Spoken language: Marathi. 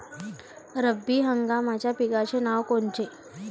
रब्बी हंगामाच्या पिकाचे नावं कोनचे?